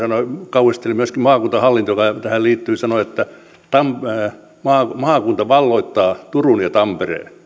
kauhisteli myöskin maakuntahallintoa joka tähän liittyy ja sanoi että maakunta valloittaa turun ja tampereen